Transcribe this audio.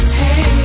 hey